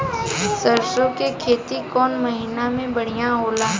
सरसों के खेती कौन महीना में बढ़िया होला?